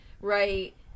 right